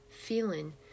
feeling